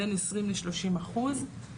בין עשרים לשלושים אחוז.